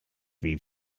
wie